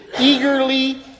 eagerly